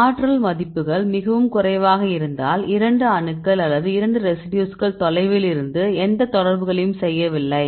ஆற்றல் மதிப்புகள் மிகவும் குறைவாக இருந்தால் இரண்டு அணுக்கள் அல்லது இரண்டு ரெசிடியூஸ்கள் தொலைவில் இருந்து எந்த தொடர்புகளையும் செய்யவில்லை